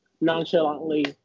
nonchalantly